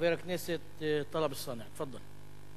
חבר הכנסת טלב אלסאנע, תפאדל.